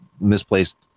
misplaced